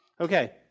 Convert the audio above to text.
Okay